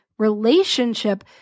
Relationship